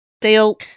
Deal